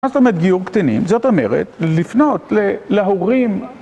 מה זאת אומרת גיור קטנים? זאת אומרת לפנות להורים...